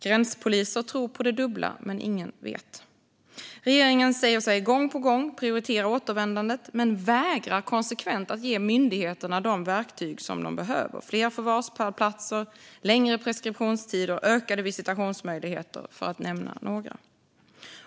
Gränspoliser tror på det dubbla. Ingen vet. Regeringen säger sig gång på gång prioritera återvändandet men vägrar konsekvent att ge myndigheterna de verktyg som de behöver: fler förvarsplatser, längre preskriptionstider och ökade visitationsmöjligheter, för att nämna några.